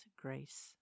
grace